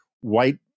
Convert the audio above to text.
white